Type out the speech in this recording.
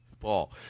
Paul